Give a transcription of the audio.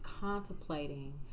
contemplating